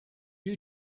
you